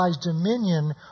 dominion